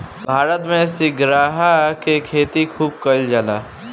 भारत में सिंघाड़ा के खेती खूब कईल जाला